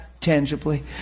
tangibly